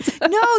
No